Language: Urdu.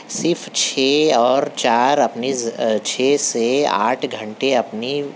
صرف چھے اور چار اپنے از چھ سے آٹھ گھنٹے اپنی